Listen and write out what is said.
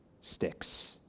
sticks